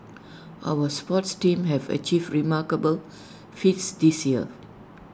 our sports teams have achieved remarkable feats this year